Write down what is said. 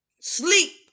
sleep